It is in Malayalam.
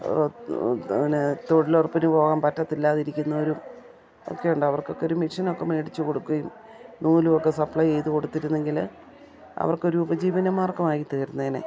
ഓ പിന്നെ തൊഴിലുറപ്പിന് പോകാൻ പറ്റത്തില്ലാതിരിക്കുന്നവരും ഒക്കെ ഉണ്ട് അവർക്കൊക്കെ ഒരു മെഷ്യനൊക്കെ വേടിച്ച് കൊടുക്കുകയും നൂലുമൊക്കെ സപ്ലൈ ചെയ്ത് കൊടുത്തിരുന്നെങ്കിൽ അവർക്കൊരു ഉപജീവന മാർഗ്ഗമായി തീർന്നേനെ